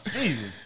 Jesus